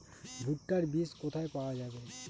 ভুট্টার বিজ কোথায় পাওয়া যাবে?